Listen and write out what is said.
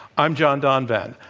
i'm john donvan.